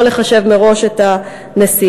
לא לחשב מראש את הנסיעה.